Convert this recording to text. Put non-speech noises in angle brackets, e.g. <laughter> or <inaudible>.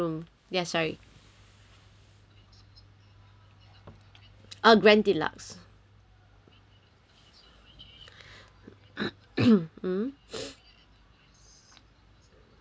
a grand deluxe <coughs> mm mm